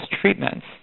treatments